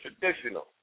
traditional